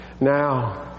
now